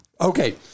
Okay